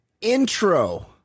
intro